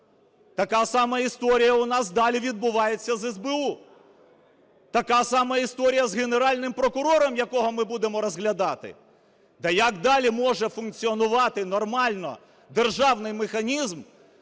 Така сама історія у нас далі відбувається з СБУ. Така сама історія з Генеральним прокурором, якого ми будемо розглядати. Так як далі може функціонувати нормально державний механізм,